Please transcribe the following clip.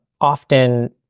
often